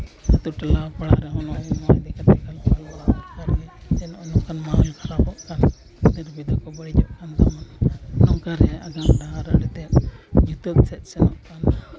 ᱟᱛᱳ ᱴᱚᱞᱟ ᱯᱟᱲᱟᱨᱮ ᱱᱚᱜᱼᱚᱸᱭ ᱦᱚᱲ ᱤᱫᱤ ᱠᱟᱛᱮ ᱡᱮ ᱱᱚᱜᱼᱚᱸᱭ ᱱᱚᱝᱠᱟᱱ ᱢᱟᱭᱤᱱᱰ ᱠᱷᱟᱨᱟᱯᱚᱜ ᱠᱟᱱ ᱜᱤᱫᱟᱹᱨ ᱯᱤᱫᱟᱹᱨ ᱠᱚ ᱵᱟᱹᱲᱤᱡᱚᱜ ᱠᱟᱱ ᱛᱟᱵᱚᱱ ᱱᱚᱝᱠᱟ ᱨᱮᱭᱟᱜ ᱟᱜᱟᱢ ᱰᱟᱦᱟᱨ ᱟᱹᱰᱤ ᱛᱮᱫ ᱧᱩᱛᱟᱹᱛ ᱥᱮᱫ ᱥᱮᱱᱚᱜ ᱠᱟᱱᱟ